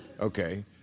okay